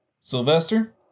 Sylvester